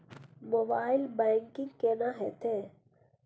Mobile banking केना हेते?